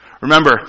Remember